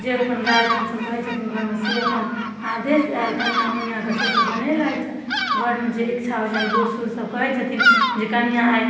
जे अपन गार्जिअन सब अपन कहय छथिन घरमे से अपन आदेश आयल कनियाँ मनियाँ तऽ से सब बनेलथि घरमे जे इच्छा होइ छनि बूढ़ सूढ़ सबके कहय छथिन जे कनियाँ आइ